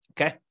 Okay